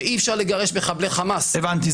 שאי אפשר לגרש מחבלי חמאס -- הבנתי.